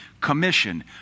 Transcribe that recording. Commission